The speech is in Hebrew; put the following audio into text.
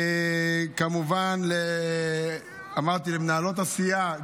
וכמובן, אמרתי, למנהלות הסיעה.